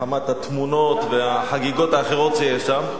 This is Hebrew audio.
מחמת התמונות והחגיגות האחרות שיש שם,